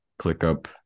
ClickUp